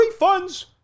Refunds